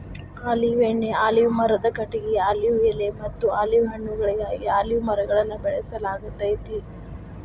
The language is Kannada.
ಆಲಿವ್ ಎಣ್ಣಿ, ಆಲಿವ್ ಮರದ ಕಟಗಿ, ಆಲಿವ್ ಎಲೆಮತ್ತ ಆಲಿವ್ ಹಣ್ಣುಗಳಿಗಾಗಿ ಅಲಿವ್ ಮರವನ್ನ ಬೆಳಸಲಾಗ್ತೇತಿ